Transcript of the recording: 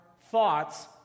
Thoughts